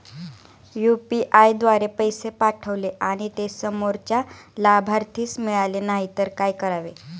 UPI द्वारे पैसे पाठवले आणि ते समोरच्या लाभार्थीस मिळाले नाही तर काय करावे?